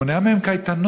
מונע מהם קייטנות,